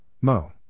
Mo